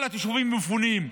כל התושבים מפונים.